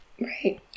Right